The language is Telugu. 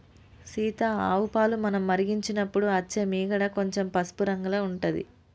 సీత ఆవు పాలు మనం మరిగించినపుడు అచ్చే మీగడ కొంచెం పసుపు రంగుల ఉంటది